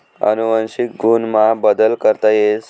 अनुवंशिक गुण मा बदल करता येस